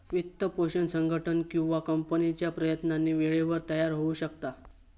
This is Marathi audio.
वित्तपोषण संघटन किंवा कंपनीच्या प्रयत्नांनी वेळेवर तयार होऊ शकता